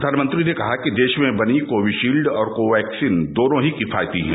प्रधानमंत्री ने कहा कि देश में बनी कोविशील्ड और कोवाक्सिन दोनों ही किफायती हैं